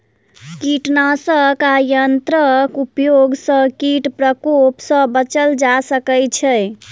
कीटनाशक आ यंत्रक उपयोग सॅ कीट प्रकोप सॅ बचल जा सकै छै